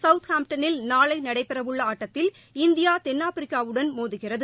சௌத்ஹாம்டனில் நாளைநடைபெறவுள்ளஆட்டத்தில் இந்தியா தென்னாப்பிரிக்காவுடன் மோதுகிறது